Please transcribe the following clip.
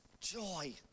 joy